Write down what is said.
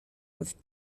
with